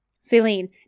Celine